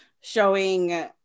showing